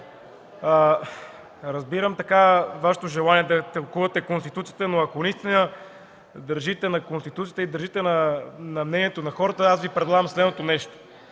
разбирам Вашето желание да тълкувате Конституцията, но ако наистина държите на Конституцията и на мнението на хората, Ви предлагам следното: